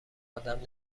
ادم